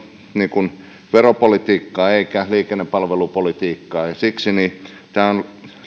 veropolitiikkaa eikä liikennepalvelupolitiikkaa ja siksi tämä on